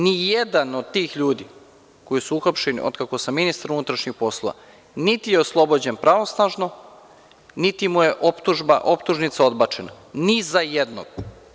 Ni jedan od tih ljudi koji su uhapšeni, od kako sam ministar unutrašnjih poslova, niti je oslobođen pravosnažno, niti mu je optužnica odbačena, ni za jednog.